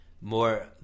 more